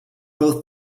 both